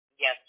yes